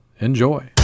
Enjoy